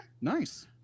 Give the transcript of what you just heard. Nice